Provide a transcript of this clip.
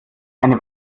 eine